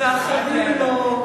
ואחרים לא.